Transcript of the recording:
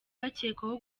bakekwaho